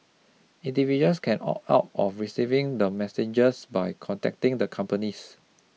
individuals can opt out of receiving the messages by contacting the companies